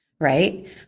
right